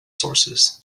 sources